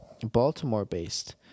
Baltimore-based